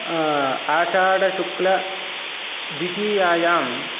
आषाढशुक्लद्वितीयायां